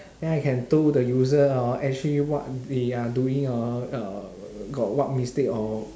then I can told the user hor actually what we are doing hor uh got what mistake or